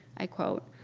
i quote,